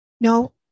No